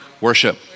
Worship